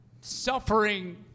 suffering